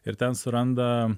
ir ten suranda